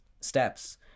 steps